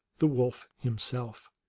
the wolf, himself.